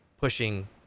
pushing